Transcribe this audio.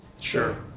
Sure